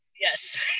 Yes